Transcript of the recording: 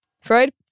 Freud